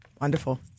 Wonderful